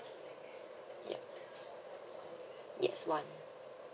yup yes one